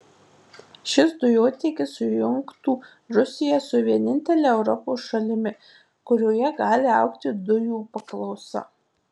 šis dujotiekis sujungtų rusiją su vienintele europos šalimi kurioje gali augti dujų paklausa